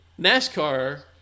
NASCAR